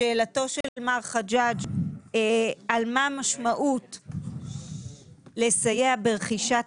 לשאלתו של מר חג'ג' על מה המשמעות לסייע ברכישת